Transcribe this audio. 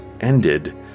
ended